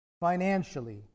financially